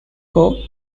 salvador